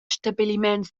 stabiliments